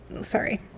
Sorry